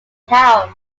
town